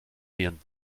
hirn